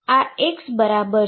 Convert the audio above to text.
આ x0 અને xL છે